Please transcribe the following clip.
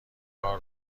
کار